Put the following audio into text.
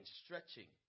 stretching